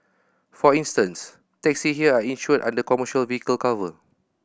for instance taxis here are insured under commercial vehicle cover